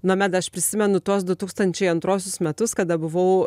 nomeda aš prisimenu tuos du tūkstančiai antruosius metus kada buvau